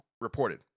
reported